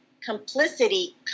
complicity